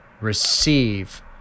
receive